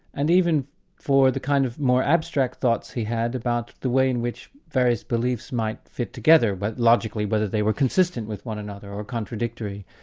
and even for the kind of more abstract thoughts he had about the way in various beliefs might fit together, but logically whether they were consistent with one another or contradictory.